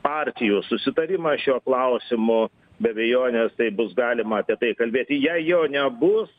partijų susitarimas šio klausimo be abejonės tai bus galima apie tai kalbėti jei jo nebus